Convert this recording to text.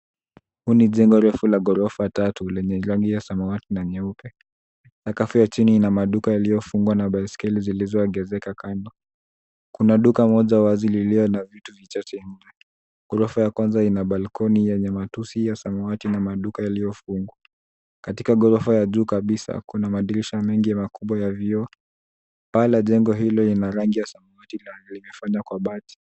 Jengo refu la ghorofa tatu lenye rangi ya samawati na nyeupe. Sakafu ya chini ina maduka yaliyofungwa na baiskeli zilizowekwa kando yake. Kuna duka moja wazi likiwa na bidhaa zilizowekwa nje. Ghorofa ya kwanza ina balcony yenye matusi ya samawati na maduka yaliyofungwa. Katika ghorofa ya pili kuna madirisha mengi makubwa ya vioo, na paa la jengo hilo lina rangi ya samawati, likiwa limefunikwa kwa bati.